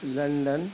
London